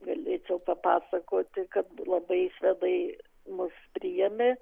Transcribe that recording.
galėčiau papasakoti kad labai švedai mus priėmė